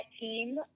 team